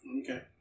Okay